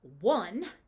One